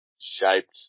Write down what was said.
shaped